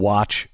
Watch